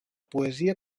poesia